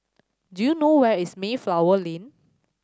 do you know where is Mayflower Lane